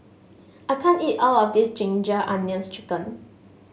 I can't eat all of this Ginger Onions chicken